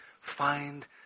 Find